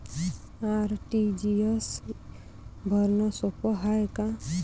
RTGS भरनं सोप हाय का?